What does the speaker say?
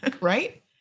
right